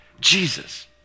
Jesus